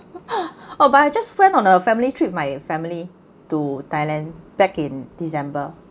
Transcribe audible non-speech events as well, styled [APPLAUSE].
[LAUGHS] oh but I just friend on her family trip my family to thailand back in december